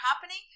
happening